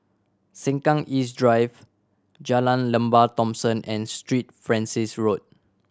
Sengkang East Drive Jalan Lembah Thomson and Street Francis Road